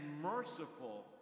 merciful